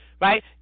Right